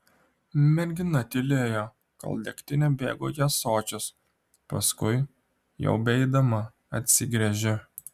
mergina tylėjo kol degtinė bėgo į ąsočius paskui jau beeidama atsigręžė